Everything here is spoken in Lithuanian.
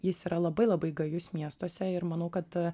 jis yra labai labai gajus miestuose ir manau kad